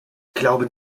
glauben